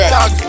Dog